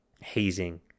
hazing